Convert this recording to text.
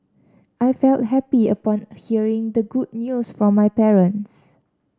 I felt happy upon hearing the good news from my parents